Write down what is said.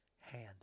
hand